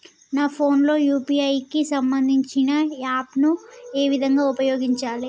నా ఫోన్ లో యూ.పీ.ఐ కి సంబందించిన యాప్ ను ఏ విధంగా ఉపయోగించాలి?